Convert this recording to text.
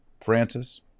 Francis